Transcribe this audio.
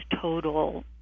total